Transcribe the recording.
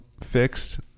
fixed